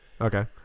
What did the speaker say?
Okay